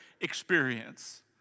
experience